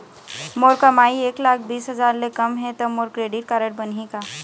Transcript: मोर कमाई एक लाख बीस हजार ले कम हे त मोर क्रेडिट कारड बनही का?